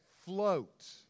float